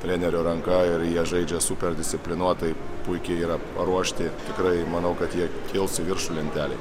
trenerio ranka ir jie žaidžia super disciplinuotai puikiai yra paruošti tikrai manau kad jie kils į viršų lentelėj